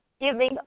giving